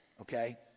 okay